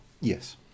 Yes